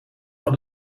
van